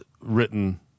written